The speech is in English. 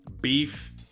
beef